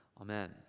Amen